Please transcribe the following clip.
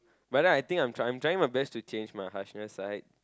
but then I think I'm trying I'm trying my best to change my harshness side